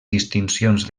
distincions